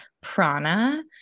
prana